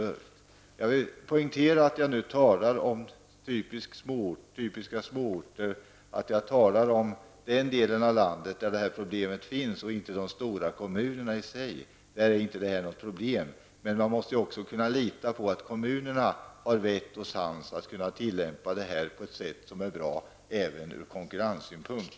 Jag vill poängtera att jag nu talar om typiska småorter, om den del av landet där detta problem finns och inte om det stora kommunerna, där det här inte är något problem. Man måste också kunna lita på att kommunerna har vett och sans att tillämpa detta på ett sätt som är bra även ur konkurrenssynpunkt.